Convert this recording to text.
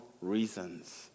reasons